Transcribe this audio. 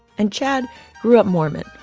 and chad grew up mormon,